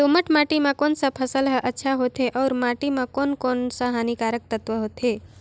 दोमट माटी मां कोन सा फसल ह अच्छा होथे अउर माटी म कोन कोन स हानिकारक तत्व होथे?